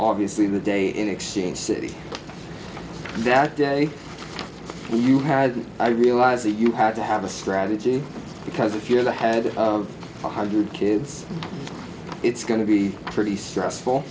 obviously the day in exchange city that day well you had i realize that you had to have a strategy because if you're the head of one hundred kids it's going to be pretty stressful